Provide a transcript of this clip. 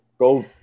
Go